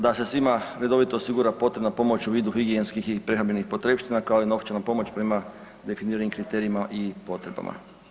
Da se svima redovito osigura potrebna pomoć u vidu higijenskih i prehrambenih potrepština kao i novčana pomoć prema definiranim kriterijima i potrebama.